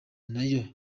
nayo